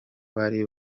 bari